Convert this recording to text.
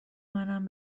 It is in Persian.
منم